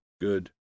good